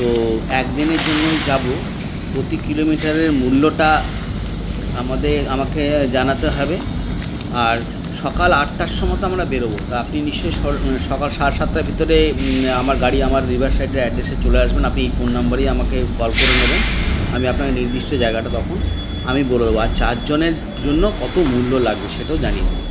তো একদিনের জন্যই যাবো প্রতি কিলোমিটারের মূল্যটা আমাদের আমাকে জানাতে হবে আর সকাল আটটার সময়তে আমরা বেরোবো তা আপনি নিশ্চয় সকাল সাড়ে সাতটার ভেতরে আমার গাড়ি আমার রিভার সাইডে অ্যাড্রেসে চলে আসবেন আপনি এই ফোন নাম্বারে আমাকে কল করে নেবেন আমি আপনাকে নির্দিষ্ট জায়গাটা তখন আমি বলে দেবো আর চারজনের জন্য কত মূল্য লাগবে সেটাও জানিয়ে দেবেন